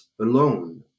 alone